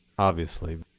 obviously.